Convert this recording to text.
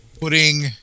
putting